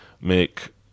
make